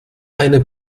eine